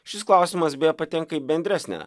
šis klausimas beje patenka į bendresnę